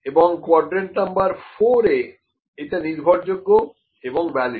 এবং quadrant number 4 এ এটা নির্ভরযোগ্য এবং ভ্যালিড